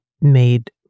made